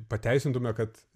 pateisintume kad